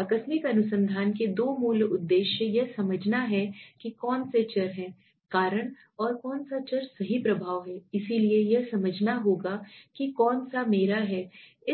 आकस्मिक अनुसंधान के दो मूल उद्देश्य यह समझना है कि कौन से चर हैं कारण और कौन सा चर सही प्रभाव है इसलिए यह समझना होगा कि कौन सा मेरा है